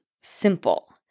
simple